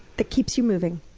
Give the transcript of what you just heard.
that keeps you moving,